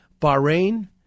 Bahrain